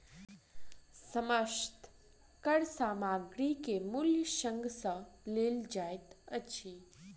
समस्त कर सामग्री के मूल्य संग लेल जाइत अछि